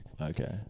Okay